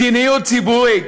מדיניות ציבורית